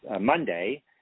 Monday